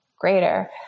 greater